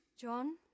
John